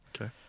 okay